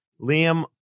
Liam